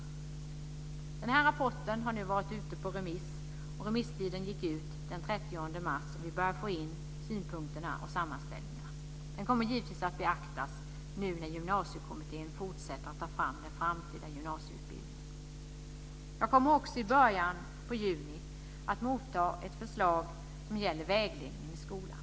Den här rapporten har nu varit ute på remiss. Remisstiden gick ut den 30 mars, och vi börjar få in synpunkterna och sammanställningarna. De kommer givetvis att beaktas nu när Gymnasiekommittén fortsätter arbetet med att ta fram den framtida gymnasieutbildningen. Jag kommer också i början av juni att motta ett förslag som gäller vägledningen i skolan.